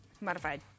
Modified